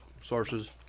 sources